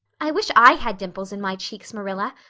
i wish i had dimples in my cheeks, marilla.